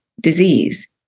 disease